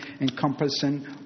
encompassing